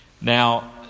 Now